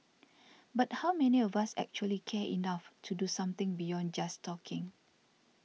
but how many of us actually care enough to do something beyond just talking